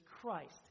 Christ